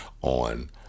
on